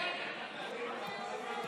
לא נתקבלה.